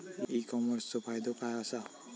E कॉमर्सचो फायदो काय असा?